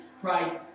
Christ